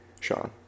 Sean